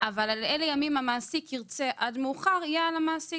אבל על אלו ימים המעסיק ירצה עד מאוחר תהיה על המעסיק,